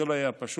זה לא היה פשוט.